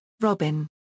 Robin